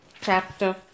chapter